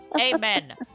Amen